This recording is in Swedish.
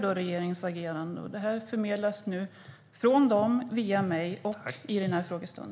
Denna frustration förmedlas nu från dem via mig vid denna frågestund.